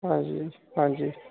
ਹਾਂਜੀ ਹਾਂਜੀ